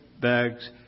bags